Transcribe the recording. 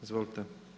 Izvolite.